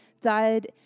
died